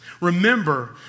remember